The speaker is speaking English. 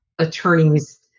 attorneys